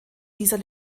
dieser